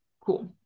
Cool